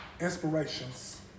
inspirations